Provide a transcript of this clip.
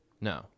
No